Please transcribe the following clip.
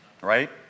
right